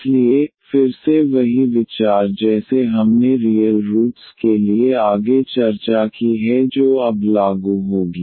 इसलिए फिर से वही विचार जैसे हमने रियल रूट्स के लिए आगे चर्चा की है जो अब लागू होगी